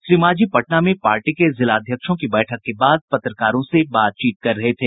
श्री मांझी पटना में पार्टी के जिलाध्यक्षों की बैठक के बाद पत्रकारों से बातचीत कर रहे थे